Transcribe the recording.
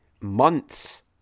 months